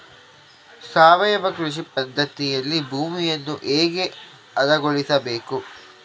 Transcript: ಸಾವಯವ ಕೃಷಿ ಪದ್ಧತಿಯಲ್ಲಿ ಭೂಮಿಯನ್ನು ಹೇಗೆ ಹದಗೊಳಿಸಬೇಕು?